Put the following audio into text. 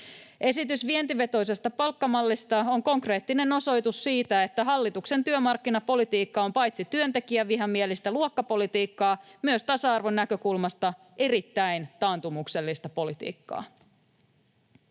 Esitys vientivetoisesta palkkamallista on konkreettinen osoitus siitä, että hallituksen työmarkkinapolitiikka on paitsi työntekijävihamielistä luokkapolitiikkaa myös tasa-arvon näkökulmasta erittäin taantumuksellista politiikkaa.